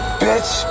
bitch